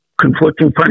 conflicting